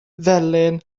felen